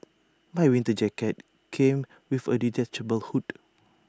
my winter jacket came with A detachable hood